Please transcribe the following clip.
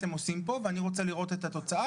אתם עושים פה ואני רוצה לראות את התוצאה